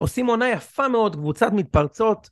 עושים עונה יפה מאוד, קבוצת מתפרצות